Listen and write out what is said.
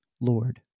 Lord